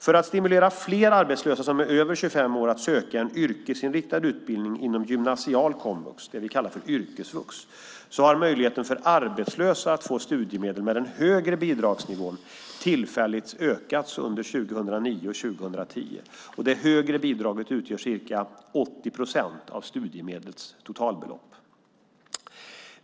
För att stimulera fler arbetslösa som är över 25 år att söka en yrkesinriktad utbildning inom gymnasial komvux, det vi kallar för yrkesvux, har möjligheten för arbetslösa att få studiemedel med den högre bidragsnivån tillfälligt ökats under 2009 och 2010. Det högre bidraget utgör ca 80 procent av studiemedlets totalbelopp.